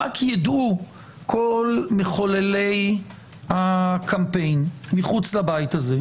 רק ידעו כל מחוללי הקמפיין מחוץ לבית הזה,